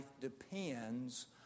depends